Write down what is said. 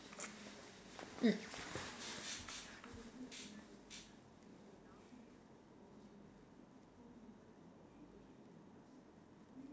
mm